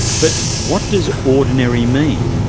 but what does ordinary mean?